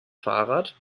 fahrrad